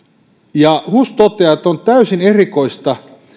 ja hus toteaa että on täysin erikoista